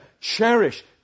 cherish